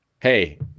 hey